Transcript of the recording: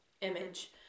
image